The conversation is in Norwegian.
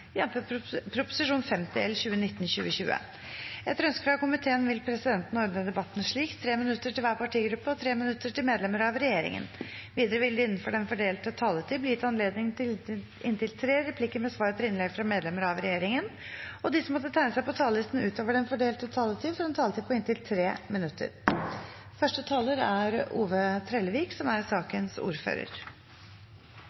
Etter ønske fra kommunal- og forvaltningskomiteen vil presidenten ordne debatten slik: 3 minutter til hver partigruppe og 3 minutter til medlemmer av regjeringen. Videre vil det – innenfor del fordelte taletid – bli gitt anledning til inntil tre replikker med svar etter innlegg fra medlemmer av regjeringen, og de som måtte tegne seg på talerlisten utover den fordelte taletid, får en taletid på inntil 3 minutter. Denne saka handlar i